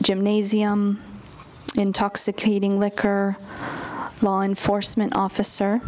gymnasium intoxicating liquor law enforcement officer